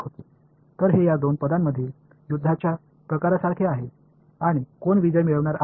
எனவே இது இந்த இரண்டு வெளிப்பாடுகளில் இடையில் யார் சரியாக வெல்லப் போகிறார்கள் என்று ஒரு இழுபறி நடக்கிறது